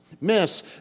miss